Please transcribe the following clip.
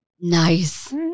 Nice